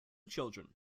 children